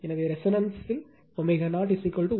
எனவே ரெசோனன்ஸ்ல் ω0 1 √L C